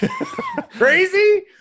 crazy